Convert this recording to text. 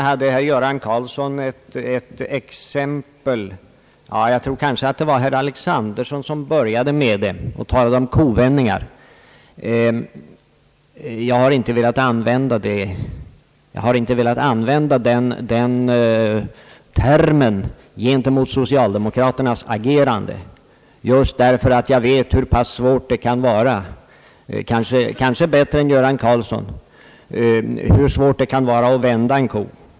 Herr Göran Karlsson talade, liksom före honom herr Alexanderson, om kovändningar. Jag har inte velat använda den termen om socialdemokraternas agerande, just därför att jag vet — kanske bättre än herr Göran Karlsson — hur svårt det kan vara att vända en ko.